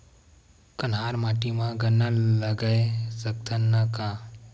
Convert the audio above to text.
कन्हार माटी म गन्ना लगय सकथ न का?